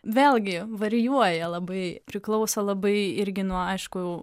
vėlgi varijuoja labai priklauso labai irgi nuo aišku